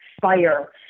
fire